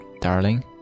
darling